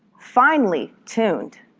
finely tuned,